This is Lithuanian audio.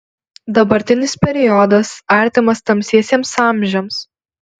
dabartinis periodas artimas tamsiesiems amžiams